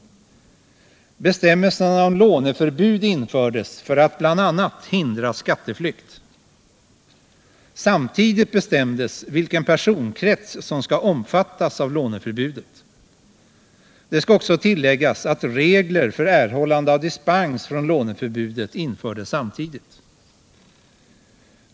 Bestämmelsen om låneförbud infördes för att bl.a. hindra skatteflykt. Samtidigt bestämdes vilken personkrets som skall omfattas av låneförbudet. Det skall också tilläggas att regler för erhållande av dispens från låneförbudet infördes samtidigt.